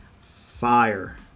fire